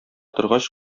торгач